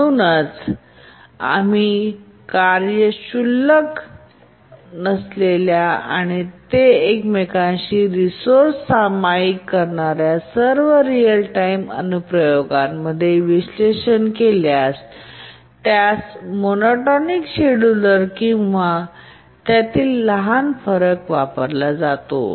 म्हणूनच आम्ही कार्ये क्षुल्लक नसलेल्या आणि ते एकमेकांशी रिसोर्से सामायिक करणार्या सर्व रीअल टाइम अनुप्रयोगांचे विश्लेषण केल्यास त्यास मोटोनिक शेड्यूलर किंवा त्यातील लहान फरक वापरला जातो